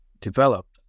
developed